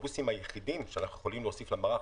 האוטובוסים היחידים שאנחנו יכולים להוסיף למערך